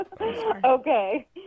Okay